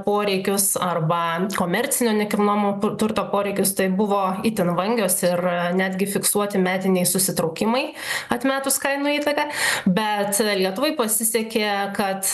poreikius arba komercinio nekilnojamo turto poreikius tai buvo itin vangios ir netgi fiksuoti metiniai susitraukimai atmetus kainų įtaką bet lietuvai pasisekė kad